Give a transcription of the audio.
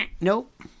Nope